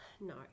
No